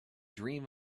dream